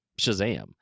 Shazam